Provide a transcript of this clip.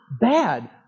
bad